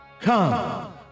Come